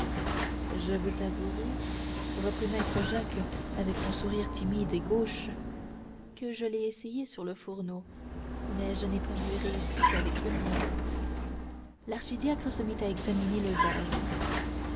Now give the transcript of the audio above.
je vous avouerai reprit maître jacques avec son sourire timide et gauche que je l'ai essayé sur le fourneau mais je n'ai pas mieux réussi qu'avec le mien l'archidiacre se mit à examiner le vase